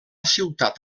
ciutat